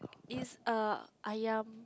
is a Ayam